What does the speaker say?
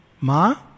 Ma